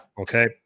Okay